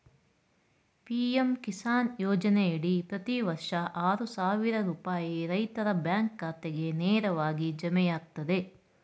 PM Kisan ಯೋಜನೆಯಡಿ ಪ್ರತಿ ವರ್ಷ ಆರು ಸಾವಿರ ರೂಪಾಯಿ ರೈತರ ಬ್ಯಾಂಕ್ ಖಾತೆಗೆ ನೇರವಾಗಿ ಜಮೆಯಾಗ್ತದೆ